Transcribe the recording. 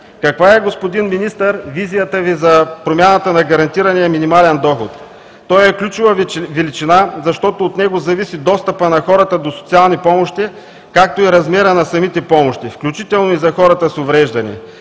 Каква е, господин Министър, визията Ви за промяната на гарантирания минимален доход? Той е ключова величина, защото от него зависи достъпа на хората до социални помощи, както и размера на самите помощи, включително и за хората с увреждания.